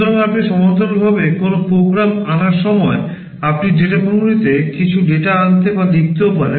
সুতরাং আপনি সমান্তরালভাবে কোনও প্রোগ্রাম আনার সময় আপনি ডেটা memoryতে কিছু ডেটা আনতে বা লিখতেও পারেন